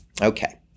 Okay